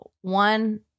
one